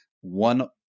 one